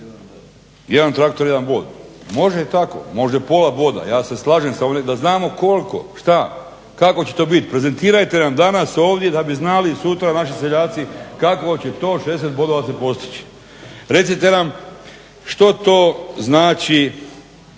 Jedan traktor jedan bod? Može i tako. Može pola boda, ja se slažem. Da znamo koliko, šta, kako će to biti. Prezentirajte nam danas ovdje da bi znali sutra naši seljaci kako će tih 60 bodova se postići. Recite nam što to znači